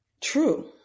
true